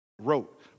Wrote